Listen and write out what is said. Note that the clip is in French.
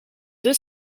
deux